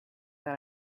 that